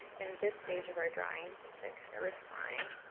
in this stage of our drawing, to kind of refine